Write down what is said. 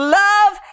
love